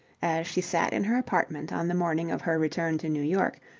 she sat in her apartment on the morning of her return to new york,